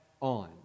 on